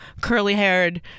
curly-haired